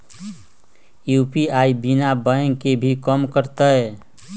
UPI बिना bank के भी कम करतै?